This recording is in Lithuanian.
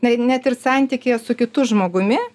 na net ir santykyje su kitu žmogumi